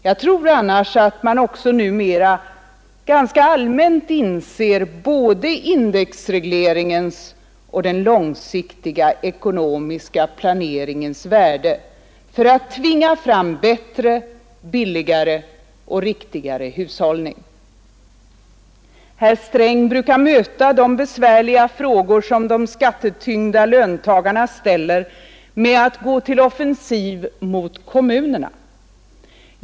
Jag tror annars att man också numera ganska allmänt inser både indexregleringens och den långsiktiga ekonomiska planeringens värde för att tvinga fram bättre, billigare och riktigare hushållning. Herr Sträng brukar möta de besvärliga frågor, som de skattetyngda löntagarna ställer, med att gå till offensiv mot kommunerna.